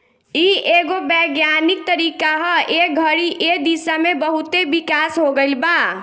इ एगो वैज्ञानिक तरीका ह ए घड़ी ए दिशा में बहुते विकास हो गईल बा